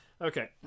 Okay